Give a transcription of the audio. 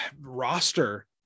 roster